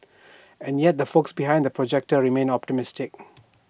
and yet the folks behind the projector remain optimistic